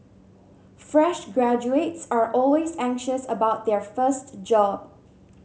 fresh graduates are always anxious about their first job